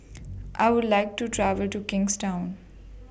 I Would like to travel to Kingstown